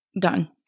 done